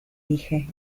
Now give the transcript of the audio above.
dije